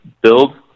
build